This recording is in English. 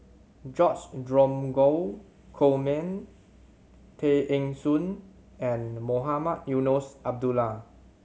George Dromgold Coleman Tay Eng Soon and Mohamed Eunos Abdullah